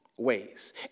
ways